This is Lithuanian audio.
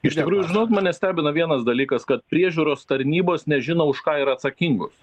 iš tikrųjų žinot mane stebina vienas dalykas kad priežiūros tarnybos nežino už ką yra atsakingos